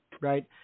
Right